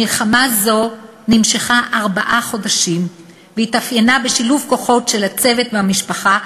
מלחמה זו נמשכה ארבעה חודשים והתאפיינה בשילוב כוחות של הצוות והמשפחה,